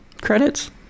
credits